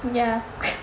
yeah